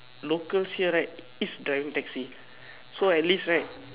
locals here right is driving taxi so at least right